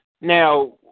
Now